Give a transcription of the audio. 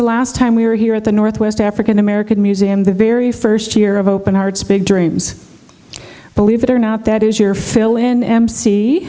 the last time we were here at the northwest african american museum the very first year of open arts big dreams believe it or not that is your fill in m